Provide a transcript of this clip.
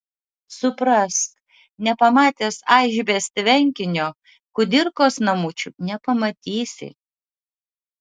suprask nepamatęs aišbės tvenkinio kudirkos namučių nepamatysi